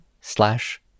slash